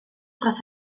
dros